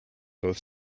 both